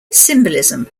symbolism